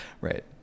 Right